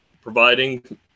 providing